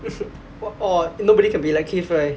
wha~ orh nobody can be like keith right